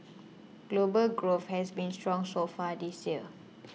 global growth has been strong so far this year